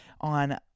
on